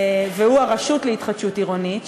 והוא הרשות להתחדשות עירונית,